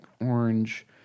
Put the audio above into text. orange